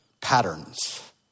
patterns